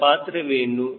ಅದರ ಪಾತ್ರವೇನು